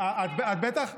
את בטח נוסעת,